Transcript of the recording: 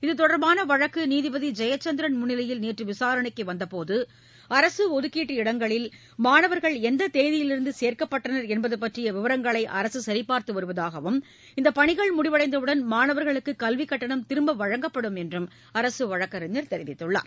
இத்தொடர்பான வழக்கு நீதிபதி ஜெயச்சந்திரன் முன்னிலையில் நேற்று விசாரணைக்கு வந்தபோது ஒதுக்கீட்டு இடங்களில் மாணவர்கள் எந்த தேதியிலிருந்து சேர்க்கப்பட்டனர் என்பது பற்றிய அரசு விவரங்களை அரசு சரிபார்த்து வருவதாகவும் இந்தப் பனிகள் முடிவடைந்தவுடன் மாணவர்களுக்கு கல்விக் கட்டணம் திரும்ப வழங்கப்படும் என்று அரசு வழக்கறிஞர் தெரிவித்தார்